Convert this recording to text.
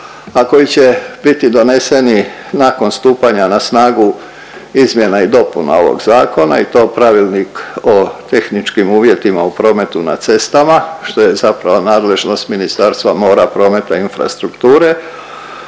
a koji će biti doneseni nakon stupanja na snagu izmjena i dopuna ovog zakona i to Pravilnik o tehničkim uvjetima o prometu na cestama što je zapravo nadležnost Ministarstva mora, prometa i infrastrukture,